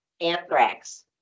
anthrax